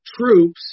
troops